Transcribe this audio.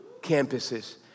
campuses